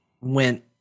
went